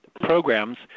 programs